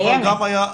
והיא קיימת.